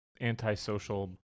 anti-social